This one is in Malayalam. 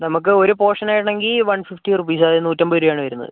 നമുക്ക് ഒരു പോർഷനാണെങ്കിൽ വൺ ഫിഫ്റ്റി റുപ്പീസ് അതായത് നൂറ്റമ്പതു രൂപയാണ് വരുന്നത്